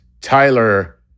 Tyler